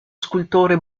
scultore